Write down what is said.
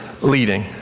leading